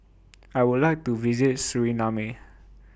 I Would like to visit Suriname